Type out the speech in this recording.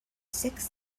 six